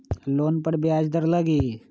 Loan पर ब्याज दर लगी?